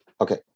Okay